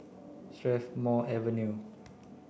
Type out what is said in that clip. Strathmore Avenue